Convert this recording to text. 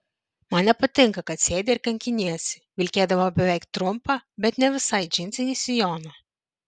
man nepatinka kad sėdi ir kankiniesi vilkėdama beveik trumpą bet ne visai džinsinį sijoną